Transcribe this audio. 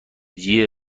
جیه